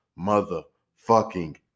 motherfucking